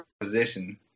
position